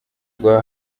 rwa